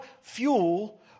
fuel